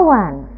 one